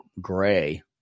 gray